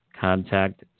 contact